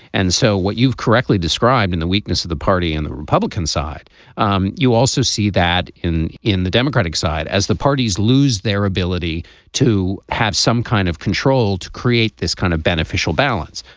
and so what you've correctly described in the weakness of the party and the republican side um you also see that in in the democratic side, as the parties lose their ability to have some kind of control to create this kind of beneficial balance.